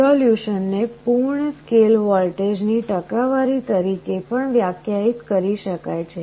રિઝોલ્યુશનને પૂર્ણ સ્કેલ વોલ્ટેજની ટકાવારી તરીકે પણ વ્યાખ્યાયિત કરી શકાય છે